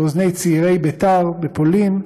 באוזני צעירי בית"ר בפולין.